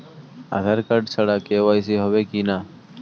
আধার card ছাড়া KYC হবে কিনা?